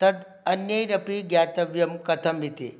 तत् अन्यैरपि ज्ञातव्यं कथम् इति